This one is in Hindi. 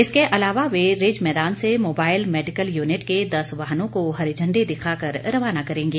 इसके अलावा वे रिज मैदान से मोबाइल मेडिकल यूनिट के दस वाहनों को हरी झंडी दिखाकर रवाना करेंगे